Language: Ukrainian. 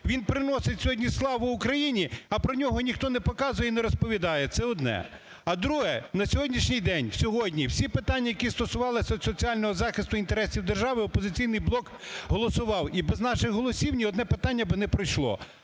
він приносить сьогодні славу Україні, а про нього ніхто не показує і не розповідає. Це одне. А друге. На сьогоднішній день сьогодні всі питання, які стосувалися соціального захисту інтересів держави, "Опозиційний блок" голосував, і без наших голосів ні одне питання би не пройшло.